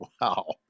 Wow